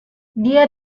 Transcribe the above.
dia